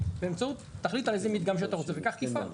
באמצעות תחליט על איזה מדגם שאתה רוצה וכך תפעל,